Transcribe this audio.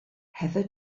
heather